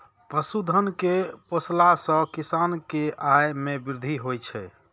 पशुधन कें पोसला सं किसान के आय मे वृद्धि होइ छै